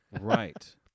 Right